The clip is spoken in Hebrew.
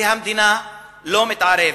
והמדינה לא מתערבת,